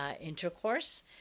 intercourse